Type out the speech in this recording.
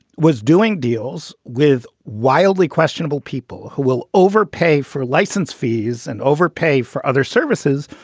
was doing deals with wildly questionable people who will overpay for license fees and overpay for other services